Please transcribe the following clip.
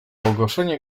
ogłoszenie